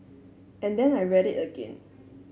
and then I read it again